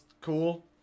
cool